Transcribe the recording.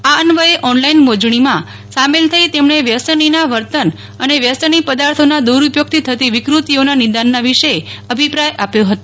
આ અન્વયે ઓનલાઇન મોજણીમાં સામેલ થઇ તેમણે વ્યસનીના વર્તન અને વ્યસની પદાર્થોના દુરુપયોગથી થતી વિકૃતિઓના નિદાનના વિશે અભિપ્રાય આપ્યો હતો